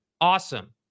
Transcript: Awesome